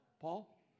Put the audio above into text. Paul